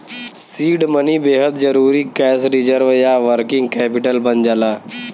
seed money बेहद जरुरी cash reserve या वर्किंग कैपिटल बन जाला